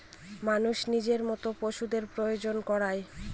মানুষ নিজের মত পশুদের প্রজনন করায়